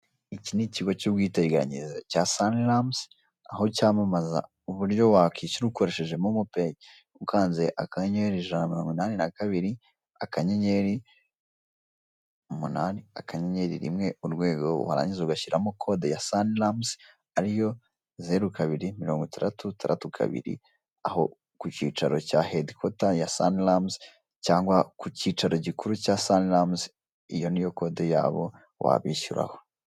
Iki ni kigo cy'ubwiteganyirize cya Sanlam aho cyamamaza uburyo wakwishyura ukoresheje Momo Pay ukanze *182*8*1# warangiza ugashyiramo kode ya Sanlam ariyo 026062 aho ku cyicaro cya headquarter ya Sanlam cyangwa ku cyicaro gikuru cya Sanlam, iyo niyo kode yabo wabishyuraho.